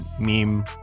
meme